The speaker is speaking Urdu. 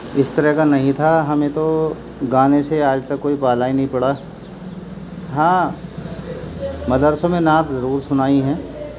اس طرح کا نہیں تھا ہمیں تو گانے سے آج تک کوئی پالا ہی نہیں پڑا ہاں مدرسوں میں نعت ضرور سنائی ہیں